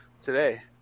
today